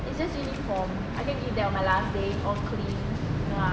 is just uniform I can give them on my last day all clean ya